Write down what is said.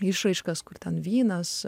išraiškas kur ten vynas